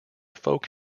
folk